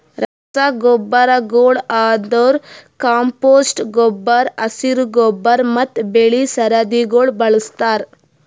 ರಸಗೊಬ್ಬರಗೊಳ್ ಅಂದುರ್ ಕಾಂಪೋಸ್ಟ್ ಗೊಬ್ಬರ, ಹಸಿರು ಗೊಬ್ಬರ ಮತ್ತ್ ಬೆಳಿ ಸರದಿಗೊಳ್ ಬಳಸ್ತಾರ್